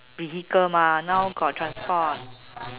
vehicle mah now got transport